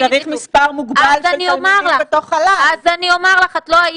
אז לא,